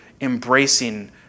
embracing